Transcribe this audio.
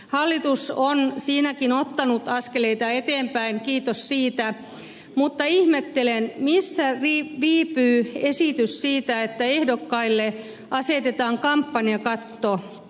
hallitus on siinäkin ottanut askeleita eteenpäin kiitos siitä mutta ihmettelen missä viipyy esitys siitä että ehdokkaille asetetaan kampanjakatto